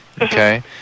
okay